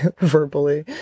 verbally